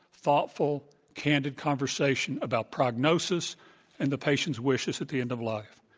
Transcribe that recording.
thoughtful, candid conversation about prognosis and the patient's wishes at the end of life.